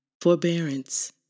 forbearance